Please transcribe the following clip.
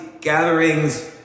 gatherings